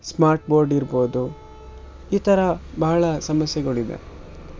smart board ಇರ್ಬೋದು ಈ ಥರ ಬಹಳ ಸಮಸ್ಯೆಗಳಿವೆ